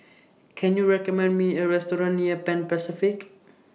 Can YOU recommend Me A Restaurant near Pan Pacific